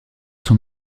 son